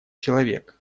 человек